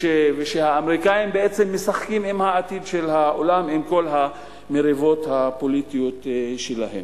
שהאמריקנים בעצם משחקים בעתיד של העולם עם כל המריבות הפוליטיות שלהם.